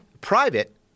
Private